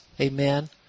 Amen